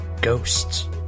ghosts